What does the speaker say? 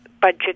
budget